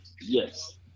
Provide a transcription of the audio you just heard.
Yes